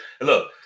Look